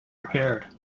repaired